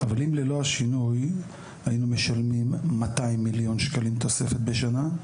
אבל אם ללא השינוי היינו משלמים 200 מיליון שקלים תוספת בשנה,